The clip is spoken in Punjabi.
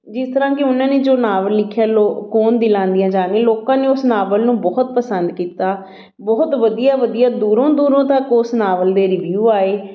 ਜਿਸ ਤਰ੍ਹਾਂ ਕਿ ਉਹਨਾਂ ਨੇ ਜੋ ਨਾਵਲ ਲਿਖਿਆ ਲੋ ਕੋਣ ਦਿਲਾਂ ਦੀਆਂ ਜਾਣੇ ਲੋਕਾਂ ਨੇ ਉਸ ਨਾਵਲ ਨੂੰ ਬਹੁਤ ਪਸੰਦ ਕੀਤਾ ਬਹੁਤ ਵਧੀਆ ਵਧੀਆ ਦੂਰੋਂ ਦੂਰੋਂ ਤੱਕ ਉਸ ਨਾਵਲ ਦੇ ਰਿਵਿਊ ਆਏ